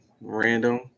random